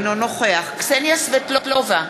אינו נוכח קסניה סבטלובה,